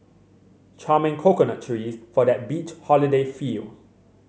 charming coconut trees for that beach holiday feel